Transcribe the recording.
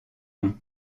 nom